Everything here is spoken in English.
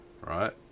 right